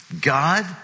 God